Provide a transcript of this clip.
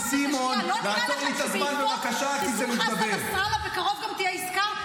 לא נראה לכם שבעקבות חיסול חסן נסראללה בקרוב גם תהיה עסקה?